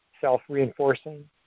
self-reinforcing